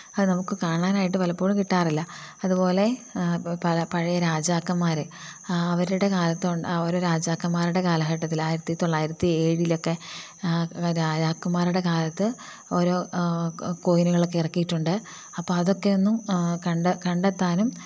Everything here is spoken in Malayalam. അത് നമുക്ക് കാണാനായിട്ട് പലപ്പോഴും കിട്ടാറില്ല അതുപോലെ പല പഴയ രാജാക്കന്മാരെ അവരുടെ കാലത്ത് അവർ രാജാക്കമ്മാരുടെ കാലഘട്ടത്തിൽ ആയിരത്തി തൊള്ളായിരത്തി ഏഴിലൊക്കെ രാജാക്കന്മാരുടെ കാലത്ത് ഓരോ കോയിനുകളൊക്കെ ഇറക്കിയിട്ടുണ്ട് അപ്പം അതൊക്കെയൊന്നും കണ്ടെത്താനും